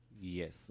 Yes